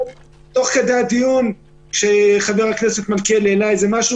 תוך כדי הדיון כשחבר הכנסת מלכיאלי העלה איזה משהו,